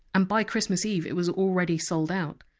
and by christmas eve it was already sold out.